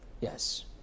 Yes